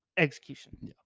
Execution